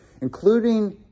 including